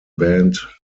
band